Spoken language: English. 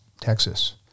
Texas